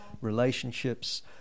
relationships